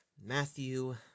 Matthew